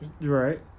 right